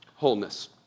wholeness